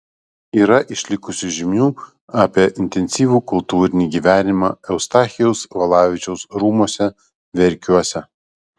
yra išlikusių žinių apie intensyvų kultūrinį gyvenimą eustachijaus valavičiaus rūmuose verkiuose